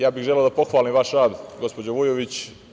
Ja bih želeo da pohvalim vaš rad gospođo Vujović.